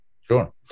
sure